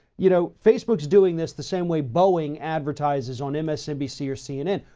you know, facebook's doing this the same way boeing advertises on msnbc or cnn.